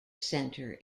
center